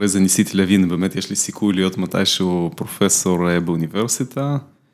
וזה ניסית להבין, באמת יש לסיכוי להיות מתישהו פרופסור באוניברסיטה.